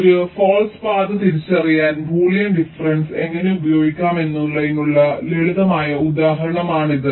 ഒരു false path തിരിച്ചറിയാൻ Boolean difference എങ്ങനെ ഉപയോഗിക്കാമെന്നതിനുള്ള ലളിതമായ ഉദാഹരണമാണിത്